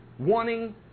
Wanting